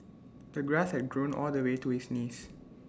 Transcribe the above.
the grass had grown all the way to his knees